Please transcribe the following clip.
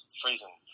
freezing